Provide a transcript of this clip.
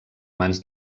mans